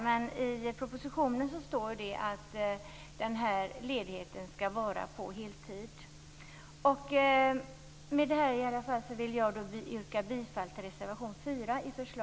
Men i propositionen står det att denna ledighet skall vara på heltid. Med det anförda vill jag yrka bifall till reservation 4.